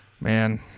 Man